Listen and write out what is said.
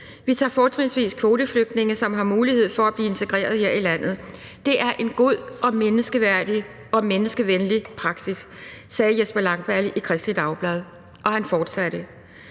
Vi tager fortrinsvis kvoteflygtninge, som har mulighed for at blive integreret her i landet. Det er en god og menneskeværdig og menneskevenlig praksis. Det sagde hr. Jesper Langballe i Kristeligt Dagblad. Og han fortsatte: